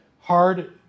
Hard